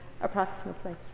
approximately